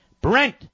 Brent